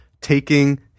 taking